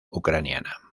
ucraniana